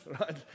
right